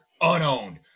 unowned